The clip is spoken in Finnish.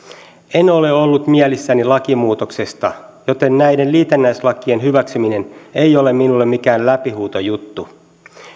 en ole ollut mielissäni lakimuutoksesta joten näiden liitännäislakien hyväksyminen ei ole minulle mikään läpihuutojuttu